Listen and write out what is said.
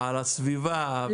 על הסביבה.